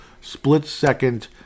split-second